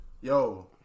Yo